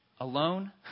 Alone